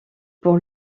pour